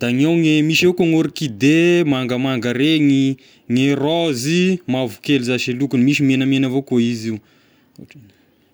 da ny eo ny misy eo gn'orchidée mangamanga regny, gne raôzy mavoleky zashy lokony misy megnamegna avao koa izy io.